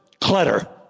Clutter